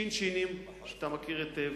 שינשינים, שאתה מכיר היטב,